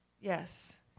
yes